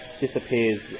disappears